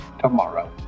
tomorrow